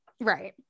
Right